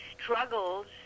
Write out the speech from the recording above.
struggles